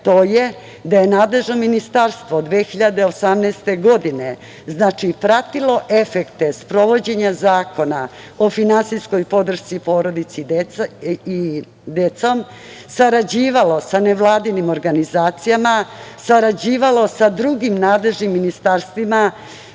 to je da je nadležno ministarstvo 2018. godine pratilo efekte sprovođenja Zakona o finansijskoj podršci porodici i deci sarađivalo sa nevladinim organizacijama, sarađivalo sa drugim nadležnim ministarstvima